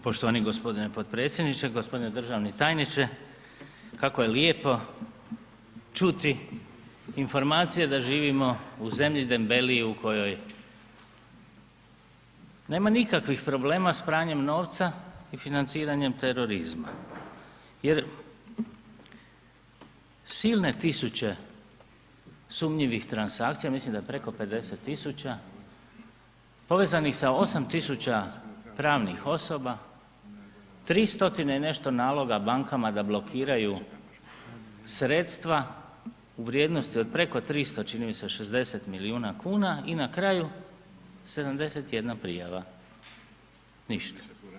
Poštovani g. potpredsjedniče, g. državni tajniče, kako je lijepo čuti informacije da živimo u zemlji dembeliji u kojoj nema nikakvih problema s pranjem novca i financiranjem terorizma jer silne tisuće sumnjivih transakcija, mislim preko 50 000, povezanih sa 8 000 pravnih osoba, 3 stotine i nešto naloga bankama da blokiraju sredstva u vrijednosti od preko 300 čini mi se 60 milijuna kuna i na kraju 71 prijava, ništa.